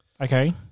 Okay